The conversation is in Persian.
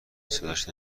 صداش